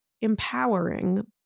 empowering